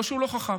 לא שהוא לא חכם,